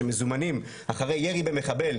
שמזומנים אחרי ירי במחבל,